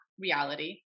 reality